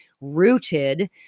rooted